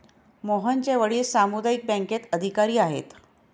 मोहनचे वडील सामुदायिक बँकेत अधिकारी आहेत